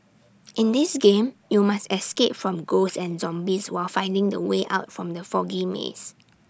in this game you must escape from ghosts and zombies while finding the way out from the foggy maze